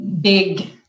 big